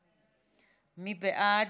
מי בעד?